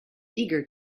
eager